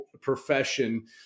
profession